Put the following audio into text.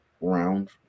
round